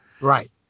Right